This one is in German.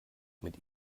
mit